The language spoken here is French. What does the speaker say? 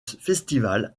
festival